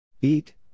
Eat